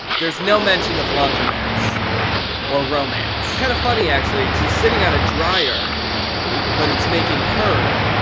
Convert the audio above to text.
there's no mention of laundromats or romance. kinda funny actually cause you're sitting on a dryer but it's making her